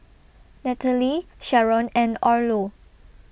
Nataly Sharron and Orlo